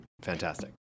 fantastic